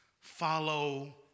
Follow